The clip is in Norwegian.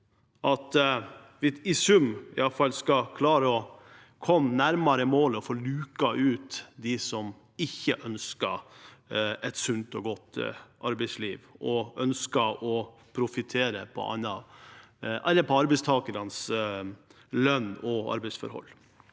i sum skal klare å komme nærmere mål og få luket ut dem som ikke ønsker et sunt og godt arbeidsliv, men ønsker å profittere på arbeidstakernes lønn og arbeidsforhold.